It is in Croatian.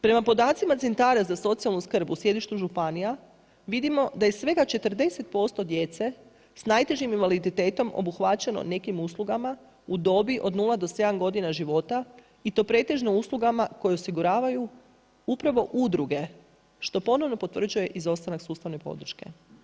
Prema podacima centara za socijalnu skrb u sjedištu županija vidimo da je svega 40% djece s najtežim invaliditetom obuhvaćeno nekim uslugama u dobi od 0 do 7 godina života i to pretežno uslugama koje osiguravaju upravo udruge što ponovno potvrđuje izostanak sustavne podrške.